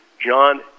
John